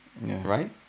Right